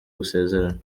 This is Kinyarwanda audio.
gusezerana